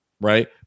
right